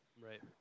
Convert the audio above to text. right